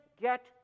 get